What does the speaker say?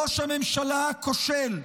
ראש הממשלה הכושל,